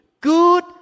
good